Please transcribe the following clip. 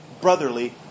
brotherly